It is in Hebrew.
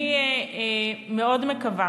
אני מאוד מקווה